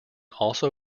also